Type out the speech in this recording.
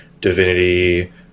Divinity